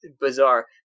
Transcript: bizarre